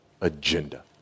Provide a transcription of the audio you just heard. agenda